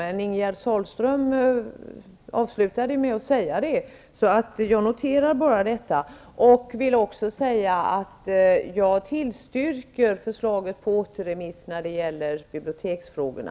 Men Ingegerd Sahlström avslutade med att säga det. Jag noterar bara detta och tillstyrker förslaget om återremiss när det gäller biblioteksfrågorna.